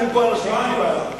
אין פה אנשים כמעט.